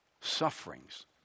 Sufferings